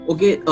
Okay